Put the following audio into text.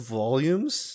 volumes